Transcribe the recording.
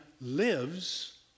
lives